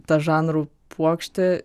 ta žanrų puokštė